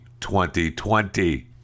2020